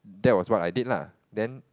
that was I did lah